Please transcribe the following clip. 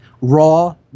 raw